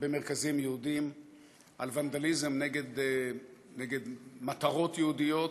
במרכזים יהודיים, על ונדליזם נגד מטרות יהודיות,